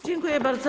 Dziękuję bardzo.